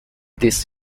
this